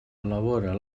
elabora